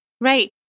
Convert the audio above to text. Right